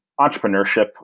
entrepreneurship